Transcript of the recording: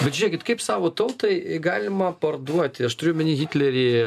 bet žiūrėkit kaip savo tautai galima parduoti aš turiu omeny hitlerį